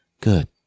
Good